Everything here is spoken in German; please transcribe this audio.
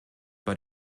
bei